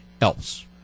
else